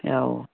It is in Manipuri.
ꯑꯧ